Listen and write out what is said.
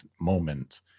moment